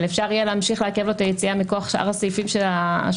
אבל אפשר יהיה להמשיך לעכב לו את היציאה מכוח שאר הסעיפים השוטפים,